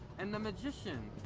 and the magician.